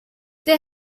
they